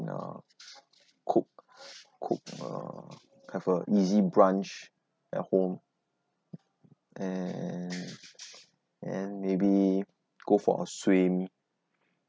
uh cook cook uh have a easy brunch at home and and maybe go for a swim